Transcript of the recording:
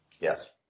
Yes